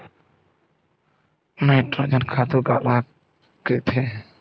Nitrogen खातु काला कहिथे?